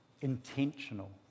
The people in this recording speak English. intentional